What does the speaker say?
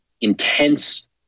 intense